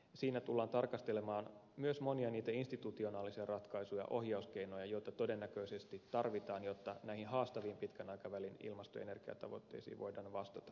siinä tullaan tarkastelemaan myös monia niitä institutionaalisia ratkaisuja ohjauskeinoja joita todennäköisesti tarvitaan jotta näihin haastaviin pitkän aikavälin ilmasto ja energiatavoitteisiin voidaan vastata